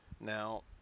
Now